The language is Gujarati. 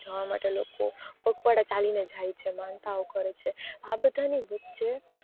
જવા માટે લોકો પગપાળા ચાલીને જાય છે માનતાઓ કરે છે આ બધાની વચ્ચે